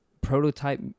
prototype